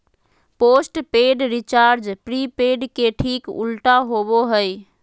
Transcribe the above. postpaid recharge prepaid के ठीक उल्टा होबो हइ